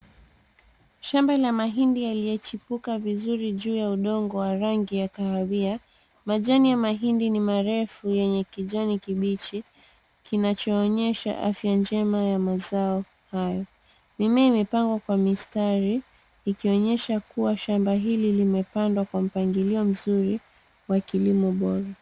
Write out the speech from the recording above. Shamba la mahindi yaliyochipuka vizuri juu ya udongo wa rangi ya kahawia. Majani ya mahindi ni marefu yenye kijani kibichi. Kinachoonyesha afya njema ya mazao hayo. Mimea imepangwa kwa mistari ikionyesha kuwa shamba hili limepandwa kwa mpangilio mzuri wa kilimo bora.